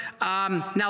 Now